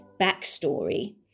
backstory